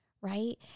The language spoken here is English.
Right